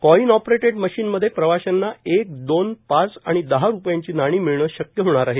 coin operated मशीनमध्ये प्रवाश्यांना एक दोन पाच आणि दहा रूपयांची नाणी मिळणं शक्य होणार आहे